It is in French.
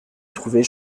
trouverait